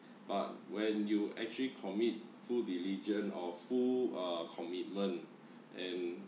but when you actually commit full diligent or full uh commitment and